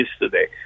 yesterday